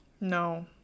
No